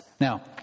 Now